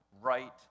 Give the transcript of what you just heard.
right